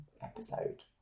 episode